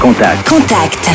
Contact